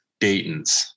daytons